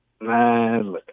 man